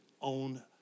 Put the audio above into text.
own